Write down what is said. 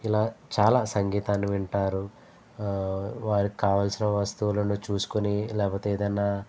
ఇలా చాలా సంగీతాన్ని వింటారు వారికి కావలసిన వస్తువులను చూసుకుని లేకపోతే ఏదైనా